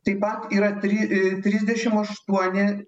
taip pat yra tri i trisdešim aštuoni